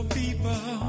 people